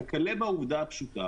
כלה בעובדה הפשוטה